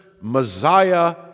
Messiah